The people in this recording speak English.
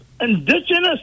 indigenous